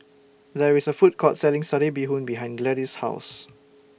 There IS A Food Court Selling Satay Bee Hoon behind Gladys' House